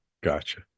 Gotcha